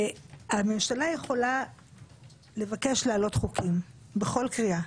הממשלה יכולה לבקש להעלות חוקים בכל קריאה,